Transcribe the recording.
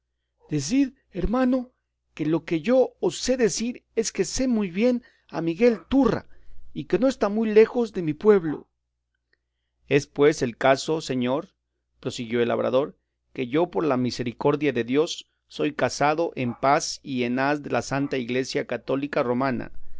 decid hermano que lo que yo os sé decir es que sé muy bien a miguel turra y que no está muy lejos de mi pueblo es pues el caso señor prosiguió el labrador que yo por la misericordia de dios soy casado en paz y en haz de la santa iglesia católica romana